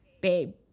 babe